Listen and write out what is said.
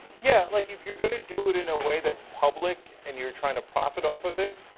yeah like if you going to do it in a way that is public and you are trying to profit off of it,